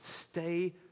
stay